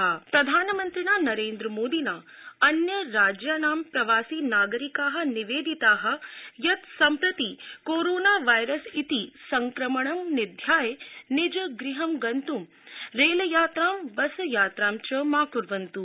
प्रधानमंत्री अपील प्रधानमंत्रिणा नरेन्द्रमोदिना अन्य राज्याणा प्रवासि नागरिकाः निवेदिताः यत् सम्प्रति कोरोना वायरस इति संक्रमण निध्याय निज गृहं गन्तु रेलयात्रां बसयात्रां च मा कुर्वन्त्